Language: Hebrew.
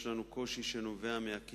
ואני רוצה לציין שיש לנו קושי שנובע מהקיצוץ